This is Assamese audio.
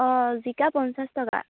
অঁ জিকা পঞ্চাছ টকা